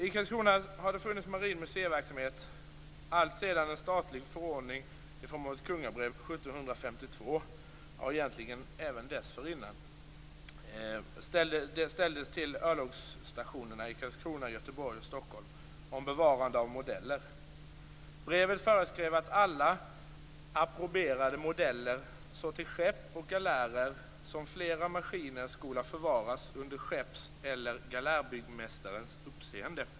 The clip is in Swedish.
I Karlskrona har det funnits marin museiverksamhet alltsedan en statlig förordning i form av ett kungabrev 1752 - egentligen även dessförinnan - ställdes till örlogsstationerna i Karlskorna, Göteborg och Stockholm om bevarande av modeller. Brevet föreskrev att "alla approberade modeller så till skepp och galärer, som flera mashiner skola förvaras under skepps eller galärbyggmästarens uppseende".